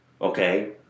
Okay